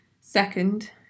Second